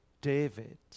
David